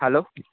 hello